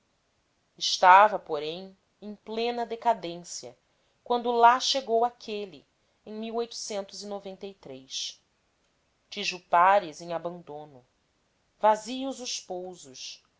estava porém em plena decadência quando lá chegou aquele em e upas em abandono vazios os pousos